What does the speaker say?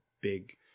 big